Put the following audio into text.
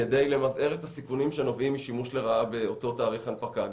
כדי למזער את הסיכונים שנובעים משימוש לרעה באותו תאריך הנפקה.